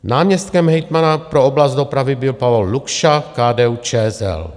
Náměstkem hejtmana pro oblast dopravy byl Pavol Lukša, KDUČSL.